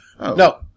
No